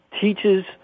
teaches